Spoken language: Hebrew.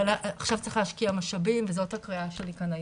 אבל עכשיו צריך להשקיע במשאבים וזאת הקריאה שלי כאן היום.